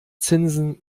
zinsen